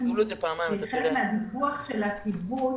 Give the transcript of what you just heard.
חלק מהדיווח של הקיבוץ,